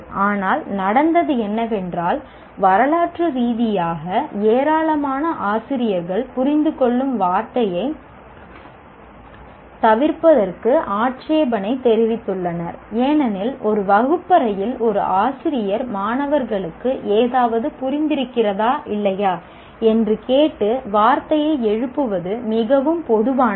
ஆனால் நடந்தது என்னவென்றால் வரலாற்று ரீதியாக ஏராளமான ஆசிரியர்கள் புரிந்துகொள்ளும் வார்த்தையைத் தவிர்ப்பதற்கு ஆட்சேபனை தெரிவித்துள்ளனர் ஏனெனில் ஒரு வகுப்பறையில் ஒரு ஆசிரியர் மாணவர்களுக்கு ஏதாவது புரிந்திருக்கிறதா இல்லையா என்று கேட்டு வார்த்தையை எழுப்புவது மிகவும் பொதுவானது